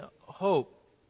hope